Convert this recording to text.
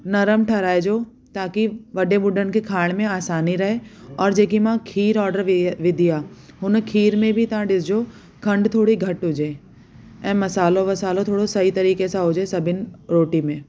नरम ठाहिराइजो ताकी वॾे बुढनि खे खाइण में आसानी रहे और जेकी मां खीर जो ऑडर वि विझी आहे हुन खीर में बि ता ॾिसजो खंडु थोरी घटि हुजे ऐं मसालो वसालो थोरो सई तरीक़े सां हुजे सभिनि रोटी में